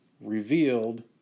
revealed